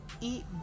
eat